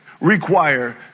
require